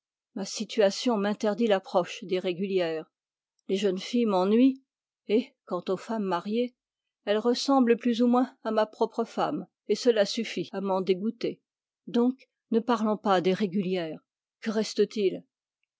ma situation m'interdit l'approche des régulières les jeunes filles m'ennuient et quant aux femmes mariées elles ressemblent plus ou moins à ma propre femme et cela suffit à m'en dégoûter donc ne parlons pas des régulières que reste-t-il